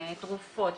תרופות,